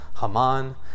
Haman